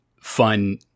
fun